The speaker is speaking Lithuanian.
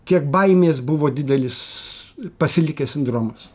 kiek baimės buvo didelis pasilikęs sindromas